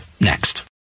next